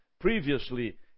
previously